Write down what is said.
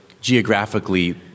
geographically